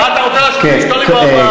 מה אתה רוצה, לשתול לי, ?